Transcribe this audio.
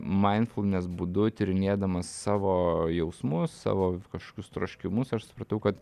mainfulnes būdu tyrinėdamas savo jausmus savo kažkokius troškimus aš supratau kad